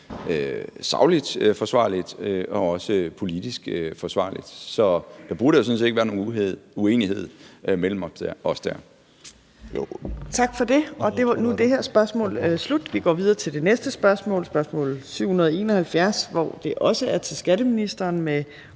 sagligt og forsvarligt og også politisk forsvarligt. Så der burde sådan set ikke være en uenighed mellem os dér. Kl. 15:49 Fjerde næstformand (Trine Torp): Tak for det. Nu er det her spørgsmål slut. Vi går videre til det næste spørgsmål, spørgsmål 771, som også er til skatteministeren med